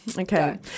Okay